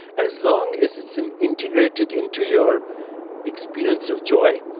as long as it's an integrated into your experience of joy,